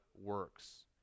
works